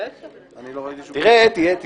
נו, די כבר, מה לא שלחו לך?